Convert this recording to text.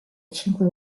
cinque